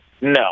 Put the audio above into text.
No